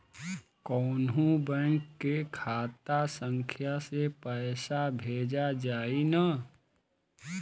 कौन्हू बैंक के खाता संख्या से पैसा भेजा जाई न?